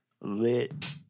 Lit